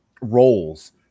roles